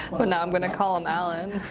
but now i'm gonna call him alan.